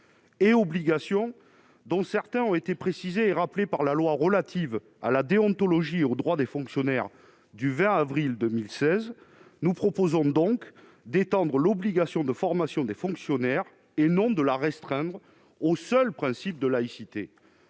et obligations, dont certains ont été précisés et rappelés dans la loi du 20 avril 2016 relative à la déontologie et aux droits et obligations des fonctionnaires, nous proposons donc d'étendre l'obligation de formation des fonctionnaires, et non de la restreindre au seul principe de laïcité.